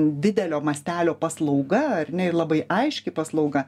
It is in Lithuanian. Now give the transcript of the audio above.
didelio mastelio paslauga ar ne ir labai aiški paslauga